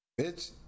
bitch